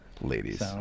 Ladies